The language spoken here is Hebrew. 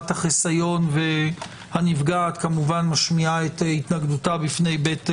החיסיון והנפגעת משמיעה התנגדות בפני בית המשפט.